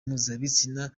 mpuzabitsina